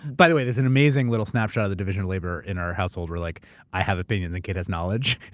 by the way. this is an amazing little snapshot of the division of labor in our household, where like i have opinions and kate has knowledge.